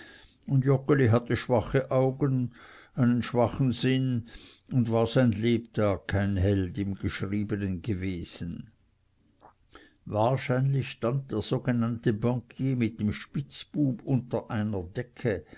und joggeli hatte schwache augen einen schwachen sinn und war sein lebtag kein held im geschriebenen gewesen wahrscheinlich stak der sogenannte banquier mit dem spitzbub unter einer decke